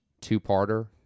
two-parter